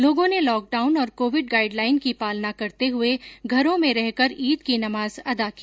लोगों ने लॉकडाउन और कोविड गाइडलाइन की पालना करते हुए घरों में रहकर ईद की नमाज अदा की